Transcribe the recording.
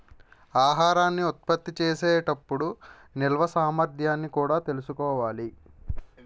ఆహారాన్ని ఉత్పత్తి చేసే టప్పుడు నిల్వ సామర్థ్యాన్ని కూడా తెలుసుకోవాలి